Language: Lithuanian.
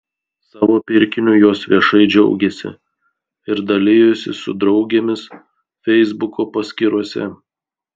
savo pirkiniu jos viešai džiaugėsi ir dalijosi su draugėmis feisbuko paskyrose